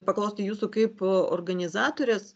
paklausti jūsų kaipo organizatorės